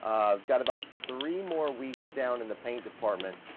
i've got about three more weeks down in the paint department,